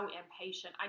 impatient